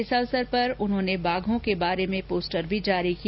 इस अवसर पर उन्होंने बाघों के बारे में पोस्टर भी जारी किया